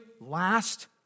last